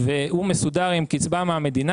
והוא מסודר עם קצבה מהמדינה.